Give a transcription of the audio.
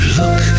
look